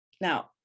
Now